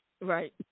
Right